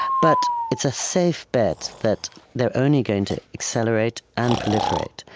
but it's a safe bet that they're only going to accelerate and proliferate.